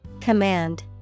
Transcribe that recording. Command